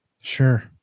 Sure